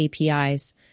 APIs